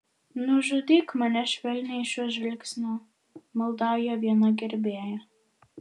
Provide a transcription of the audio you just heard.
nužudyk mane švelniai šiuo žvilgsniu maldauja viena gerbėja